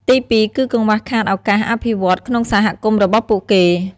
ទីពីរ គឺកង្វះខាតឱកាសអភិវឌ្ឍន៍ក្នុងសហគមន៍របស់ពួកគេ។